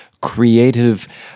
creative